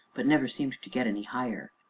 but never seemed to get any higher.